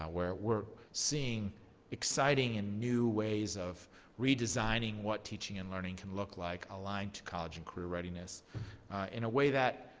um where we're seeing exciting and new ways of redesigning what teaching and learning can look like aligned to college and career readiness in a way that,